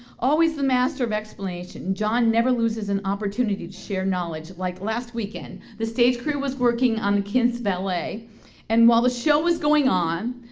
always the master of explanation, john never loses an opportunity to share knowledge like last weekend the stage crew was working on kintz ballet and while the show was going on,